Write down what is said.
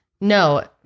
No